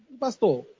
pastor